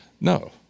no